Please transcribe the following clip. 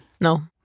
No